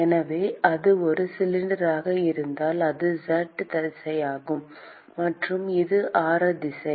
எனவே இது ஒரு சிலிண்டராக இருந்தால் அது z திசையாகும் மற்றும் இது ஆர திசை